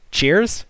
Cheers